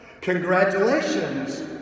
Congratulations